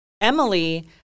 Emily